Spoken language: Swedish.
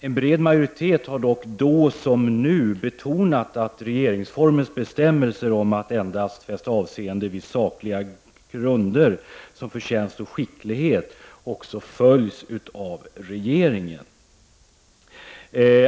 En bred utskottsmajoritet har dock, då som nu, betonat att regeringsformens bestämmelser om att endast fästa avseende vid sakliga grunder såsom förtjänst och skicklighet vid utnämningar också följs av regeringen.